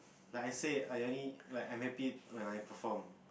like I said I only like I'm happy when I perform